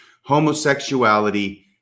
Homosexuality